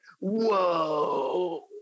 whoa